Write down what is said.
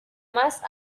más